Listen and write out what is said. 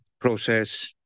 process